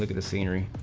like the scenery